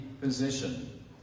position